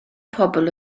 pobl